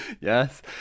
Yes